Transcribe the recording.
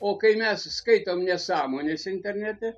o kai mes suskaitom nesąmones internete